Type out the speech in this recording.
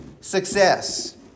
success